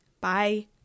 Bye